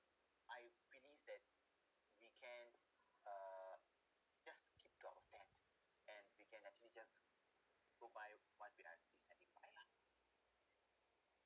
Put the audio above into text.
I believe that we can uh just keep to our stand and we can actually just go by what we actually standing by lah